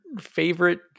favorite